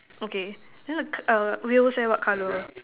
okay then the c~ uh wheels leh what colour